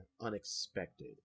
unexpected